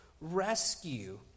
rescue